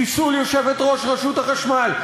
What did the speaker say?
חיסול יושבת-ראש רשות החשמל.